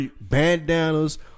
bandanas